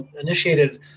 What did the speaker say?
initiated